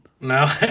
No